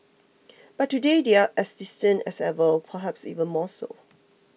but today they are as distant as ever perhaps even more so